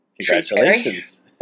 Congratulations